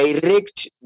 direct